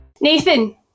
Nathan